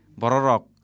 Borok